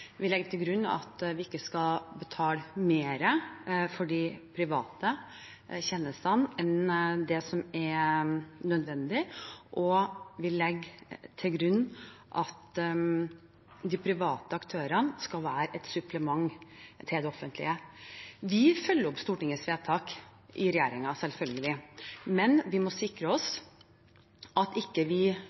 Vi legger til grunn vi ikke skal betale mer for de private tjenestene enn det som er nødvendig, og vi legger til grunn at de private aktørene skal være et supplement til det offentlige. Vi følger selvfølgelig opp Stortingets vedtak i regjeringen, men vi må sikre oss at vi ikke